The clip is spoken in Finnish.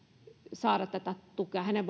saada tätä tukea hänen